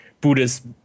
buddhist